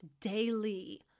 daily